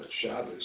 Shabbos